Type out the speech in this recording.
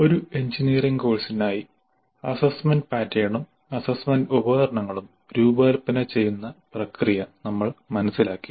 ഒരു എഞ്ചിനീയറിംഗ് കോഴ്സിനായി അസസ്മെന്റ് പാറ്റേണും അസസ്മെന്റ് ഉപകരണങ്ങളും രൂപകൽപ്പന ചെയ്യുന്ന പ്രക്രിയ നമ്മൾ മനസ്സിലാക്കി